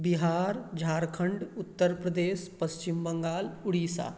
Bihar Jharkhand Uttar Pradesh Paschim Bengal Orissa